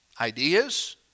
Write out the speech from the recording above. ideas